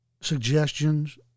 suggestions